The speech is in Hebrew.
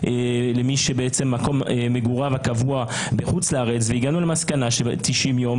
למי שמקום מגוריו הקבוע בחוץ לארץ והגענו למסקנה ש-90 יום,